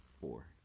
Four